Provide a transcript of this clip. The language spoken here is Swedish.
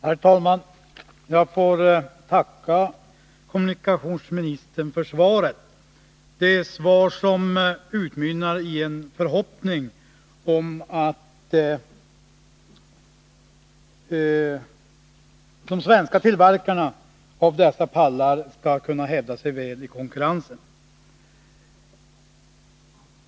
Herr talman! Jag får tacka kommunikationsministern för svaret. Det är ett svar som utmynnar i en förhoppning om att de svenska tillverkarna av lastpallar skall kunna hävda sig väl i konkurrensen.